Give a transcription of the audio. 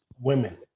women